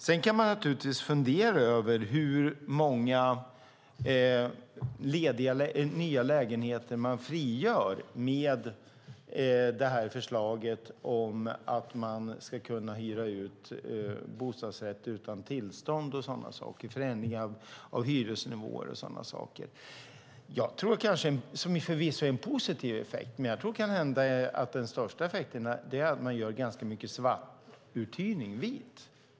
Man kan fundera över hur många nya lägenheter man frigör med förslaget att man ska kunna hyra ut bostadsrätt utan tillstånd och förändring av hyresnivåer och sådana saker. Jag tror att den största effekten är att man gör ganska mycket svart uthyrning vit.